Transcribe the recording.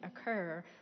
occur